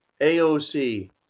AOC